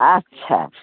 अच्छा